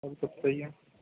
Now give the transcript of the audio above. اور سب صحیح ہے